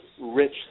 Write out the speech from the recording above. rich